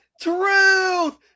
Truth